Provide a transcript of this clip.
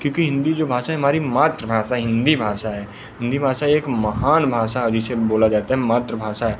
क्योंकि हिंदी जो भाषा है हमारी मातृभाषा हिंदी भाषा है हिंदी भाषा एक महान भाषा है जिसे बोला जाता है मातृभाषा है